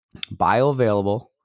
bioavailable